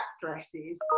dresses